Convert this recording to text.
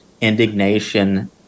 Indignation